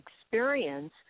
experience